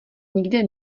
nikde